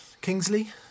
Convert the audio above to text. Kingsley